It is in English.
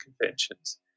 conventions